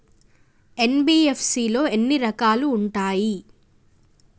NBFC లో ఎన్ని రకాలు ఉంటాయి?